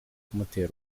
kumutera